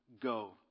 Go